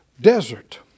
desert